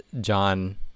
john